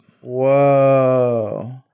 Whoa